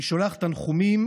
אני שולח תנחומים